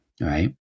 right